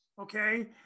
okay